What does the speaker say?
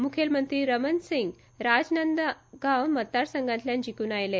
मुखेल मंत्री रमण सिंग राजनंदगाव मतदारसंघातल्यान जिकून आयले